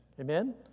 Amen